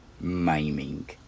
maiming